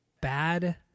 bad